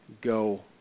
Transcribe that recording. go